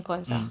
mm